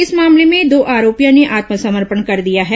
इस मामले में दो आरोपियों ने आत्मसमर्पण कर दिया है